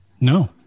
No